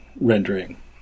rendering